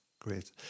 Great